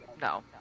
No